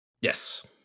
yes